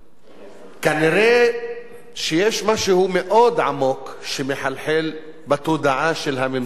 כנראה יש משהו מאוד עמוק שמחלחל בתודעה של הממסד בישראל: